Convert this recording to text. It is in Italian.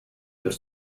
per